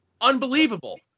unbelievable